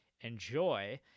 enjoy